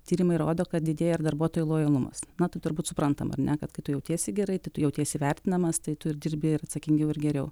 tyrimai rodo kad didėja ir darbuotojų lojalumas nai tai turbūt suprantama ar ne kad kai tu jautiesi gerai tai tu jautiesi vertinamas tai tu ir dirbi ir atsakingiau ir geriau